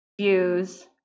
views